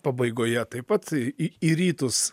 pabaigoje taip pat į į rytus